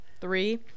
Three